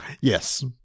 yes